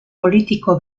politiko